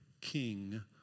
king